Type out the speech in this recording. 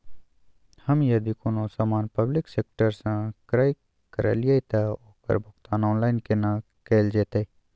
हम यदि कोनो सामान पब्लिक सेक्टर सं क्रय करलिए त ओकर भुगतान ऑनलाइन केना कैल जेतै?